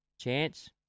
chance